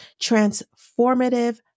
transformative